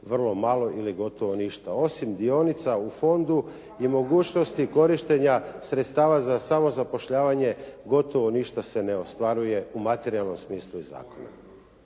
vrlo malo ili gotovo ništa, osim dionica u fondu i mogućnosti korištenja sredstava za samozapošljavanje gotovo ništa se ne ostvaruje u materijalnom smislu i zakonu.